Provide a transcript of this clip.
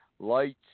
Lights